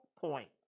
point